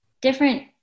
different